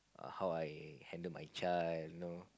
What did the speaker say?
how I handle my child you know